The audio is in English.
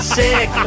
sick